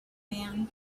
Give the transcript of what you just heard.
man